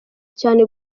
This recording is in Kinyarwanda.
cyane